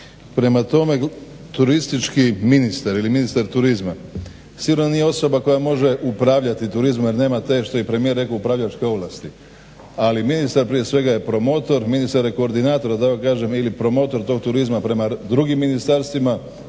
Prema tome, turistički ministar ili ministar turizma sigurno nije osoba koja može upravljati turizmom jer nema te što je i premijer rekao upravljačke ovlasti, ali ministar prije svega je promotor, ministar je koordinator da tako kažem ili promotor tog turizma prema drugim ministarstvima